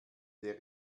der